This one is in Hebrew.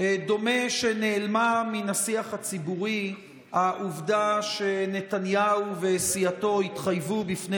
דומה שנעלמה מן השיח הציבורי העובדה שנתניהו וסיעתו התחייבו בפני